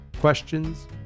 questions